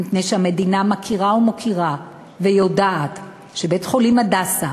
מפני שהמדינה מכירה ומוקירה ויודעת שבית-חולים "הדסה",